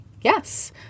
Yes